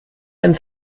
einen